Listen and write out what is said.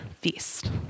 feast